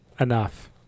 enough